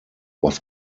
was